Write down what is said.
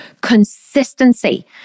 consistency